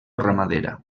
ramadera